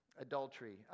Adultery